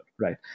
right